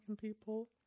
people